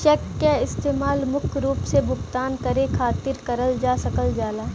check क इस्तेमाल मुख्य रूप से भुगतान करे खातिर करल जा सकल जाला